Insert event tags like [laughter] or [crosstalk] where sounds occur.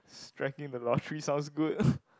striking the lottery sounds good [laughs]